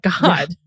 god